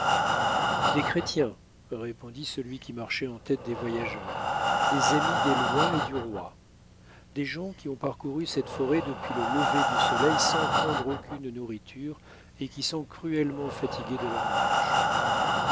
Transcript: des chrétiens répondit celui qui marchait en tête des voyageurs des amis des lois et du roi des gens qui ont parcouru cette forêt depuis le lever du soleil sans prendre aucune nourriture et qui sont cruellement fatigués de leur marche